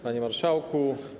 Panie Marszałku!